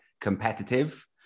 competitive